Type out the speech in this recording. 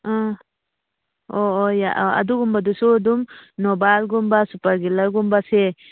ꯑꯥ ꯑꯣ ꯑꯣ ꯑꯗꯨꯒꯨꯝꯕꯗꯨꯁꯨ ꯑꯗꯨꯝ ꯅꯣꯚꯥꯏꯜꯒꯨꯝꯕ ꯁꯨꯄꯔ ꯒꯤꯂꯔꯒꯨꯝꯕꯁꯦ